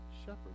shepherd